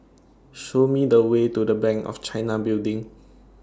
Show Me The Way to Bank of China Building